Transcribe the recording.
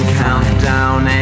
countdown